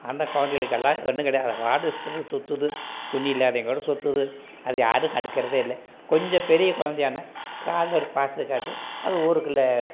அந்த குழந்தைகளுக்கு எல்லாம் ஒன்றும் கிடயாது அது பாட்டுக்கு சுற்றுது சுற்றுது துணி இல்லாமையும் கூட சுற்றுது அது யாரும் கண்டுக்கிறதே இல்லை கொஞ்சம் பெரிய குழந்தையானா பாசத்தை காட்டி அது ஊருக்குள்ளே